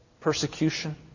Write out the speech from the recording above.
persecution